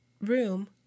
room